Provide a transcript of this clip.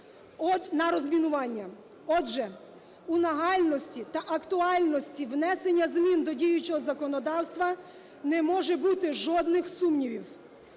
Отже, у нагальності та актуальності внесення змін до діючого законодавства не може бути жодних сумнівів.